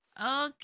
Okay